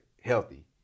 healthy